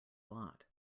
lot